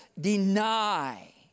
deny